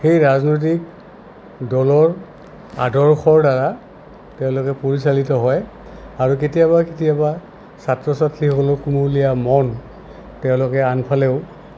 সেই ৰাজনৈতিক দলৰ আদৰ্শৰ দ্বাৰা তেওঁলোকে পৰিচালিত হয় আৰু কেতিয়াবা কেতিয়াবা ছাত্ৰ ছাত্ৰীসকলৰ কুমলীয়া মন তেওঁলোকে আনফালেও